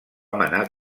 manar